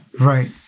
right